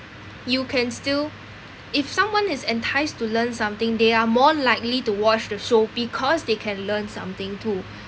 you can still if someone is enticed to learn something they are more likely to watch the show because they can learn something too